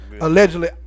Allegedly